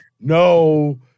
No